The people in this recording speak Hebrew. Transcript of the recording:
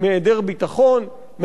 מהיעדר ביטחון,